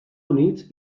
units